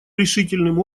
решительным